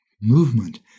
movement